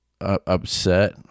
upset